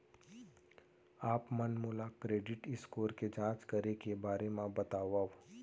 आप मन मोला क्रेडिट स्कोर के जाँच करे के बारे म बतावव?